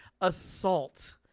assault